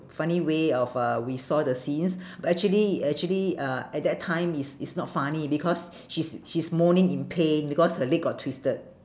funny way of uh we saw the scenes but actually actually uh at that time is is not funny because she's she's moaning in pain because her leg got twisted